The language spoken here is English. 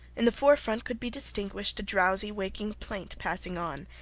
in the forefront could be distinguished a drowsy waking plaint passing on,